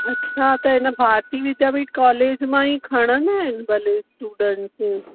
अछा त हिन भारतीय विद्यापीठ कॉलेज मां ही खणंदा आहिनि भले स्टूडैंट खे